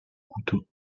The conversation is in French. couteau